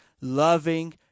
loving